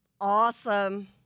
awesome